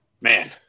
Man